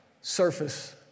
Surface